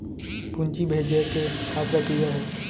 पूंजी भेजे के का प्रक्रिया हे?